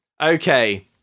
Okay